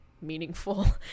meaningful